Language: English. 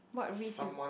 what risk you